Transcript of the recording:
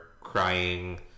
crying